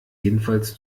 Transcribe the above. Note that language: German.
jedenfalls